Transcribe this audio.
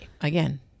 again